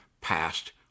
passed